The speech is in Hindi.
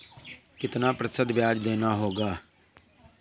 कितना प्रतिशत ब्याज देना होगा?